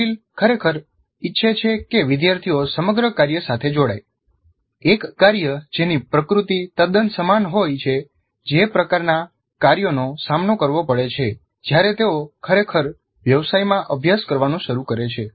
Merrill ખરેખર ઈચ્છે છે કે વિદ્યાર્થીઓ સમગ્ર કાર્ય સાથે જોડાય એક કાર્ય જેની પ્રકૃતિ તદ્દન સમાન હોય છે જે પ્રકારનાં કાર્યોનો સામનો કરવો પડે છે જ્યારે તેઓ ખરેખર વ્યવસાયમાં અભ્યાસ કરવાનું શરૂ કરે છે